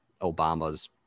Obama's